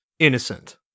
Innocent